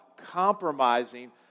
compromising